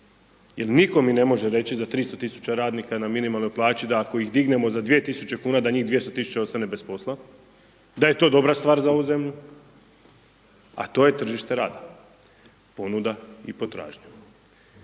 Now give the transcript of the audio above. jer niko mi ne može reći za 300.000 radnika na minimalnoj plaći da ako ih dignemo za 2.000 kuna da njih 200.000 ostane bez posla, da je to dobra stvar za ovu zemlju, a to je tržište rada, ponuda i potražnja.